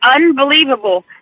unbelievable